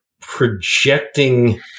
projecting